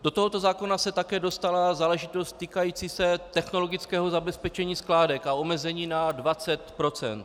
Do tohoto zákona se také dostala záležitost týkající se technologického zabezpečení skládek a omezení na dvacet procent.